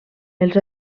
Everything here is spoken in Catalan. els